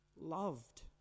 loved